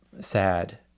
sad